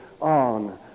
on